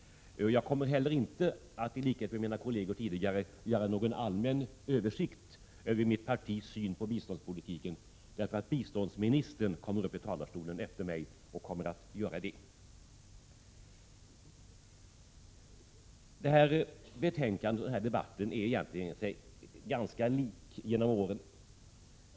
Jag kommer inte heller att göra någon allmän översikt över mitt partis syn på biståndspolitiken. Biståndsministern kommer upp i talarstolen efter mig och gör en sådan. Detta betänkande och denna debatt är sig egentligen ganska lika genom åren.